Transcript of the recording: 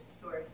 source